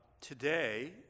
today